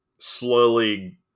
Slowly